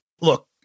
Look